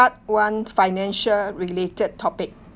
one financial related topic